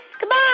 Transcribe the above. Goodbye